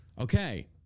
Okay